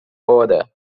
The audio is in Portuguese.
hora